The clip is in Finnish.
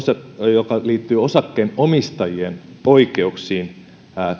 joka liittyy osakkeenomistajien oikeuksiin